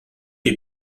est